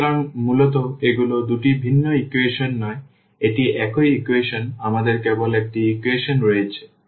সুতরাং মূলত এগুলি দুটি ভিন্ন ইকুয়েশন নয় এটি একই ইকুয়েশন আমাদের কেবল একটি ইকুয়েশন রয়েছে